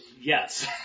Yes